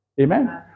Amen